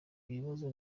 ibibazo